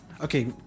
Okay